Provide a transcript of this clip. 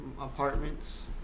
apartments